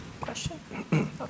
Question